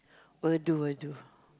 will do will do